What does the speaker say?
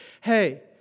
hey